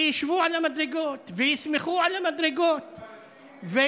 ישבו על המדרגות וישמחו על המדרגות פלסטינים,